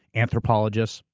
anthropologists.